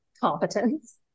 competence